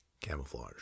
Camouflage